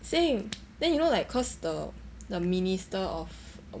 same then you know like cause the the minister of of